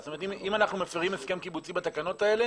זאת אומרת אם אנחנו מפרים הסכם קיבוצי בתקנות האלה